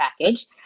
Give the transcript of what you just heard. package